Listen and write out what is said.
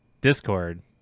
Discord